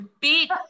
beat